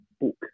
book